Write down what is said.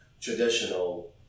traditional